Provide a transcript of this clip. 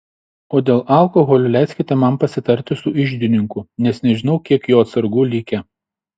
o dėl alkoholio leiskite man pasitarti su iždininku nes nežinau kiek jo atsargų likę